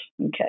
Okay